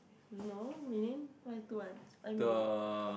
no really why two months why you mean